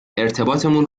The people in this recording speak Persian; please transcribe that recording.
ارتباطمون